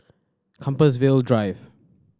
Compassvale Drive